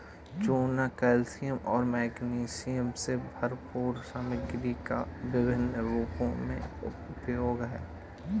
चूना कैल्शियम और मैग्नीशियम से भरपूर सामग्री का विभिन्न रूपों में उपयोग है